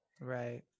Right